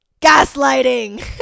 gaslighting